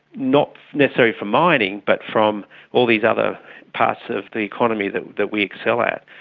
not necessarily for mining but from all these other parts of the economy that that we excel at.